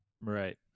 right